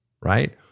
right